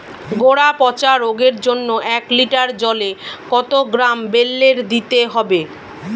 গোড়া পচা রোগের জন্য এক লিটার জলে কত গ্রাম বেল্লের দিতে হবে?